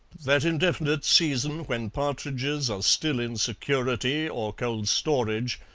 that indefinite season when partridges are still in security or cold storage,